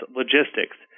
logistics